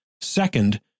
second